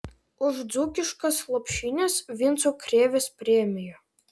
už dzūkiškas lopšines vinco krėvės premija